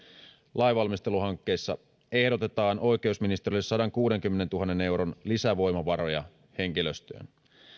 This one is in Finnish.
lainvalmisteluhankkeissa ehdotetaan oikeusministeriölle sadankuudenkymmenentuhannen euron lisävoimavaroja henkilöstöön lisäksi